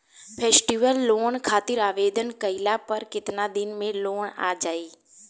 Festival loan खातिर आवेदन कईला पर केतना दिन मे लोन आ जाई?